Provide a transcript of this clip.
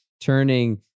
turning